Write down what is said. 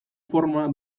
forma